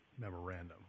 memorandum